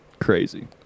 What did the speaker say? crazy